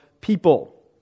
people